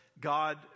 God